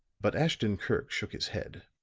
but ashton-kirk shook his head.